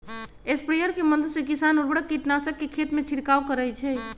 sprayer के मदद से किसान उर्वरक, कीटनाशक के खेतमें छिड़काव करई छई